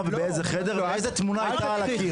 באיזה חדר ואיזו תמונה הייתה על הקיר.